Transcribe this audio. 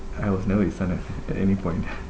I was never his son at at any point